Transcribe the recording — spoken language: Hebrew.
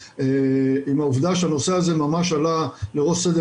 עם העובדה שהנושא הזה ממש עלה לראש סדר